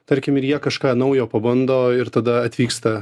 tarkim ir jie kažką naujo pabando ir tada atvyksta